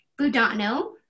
Budano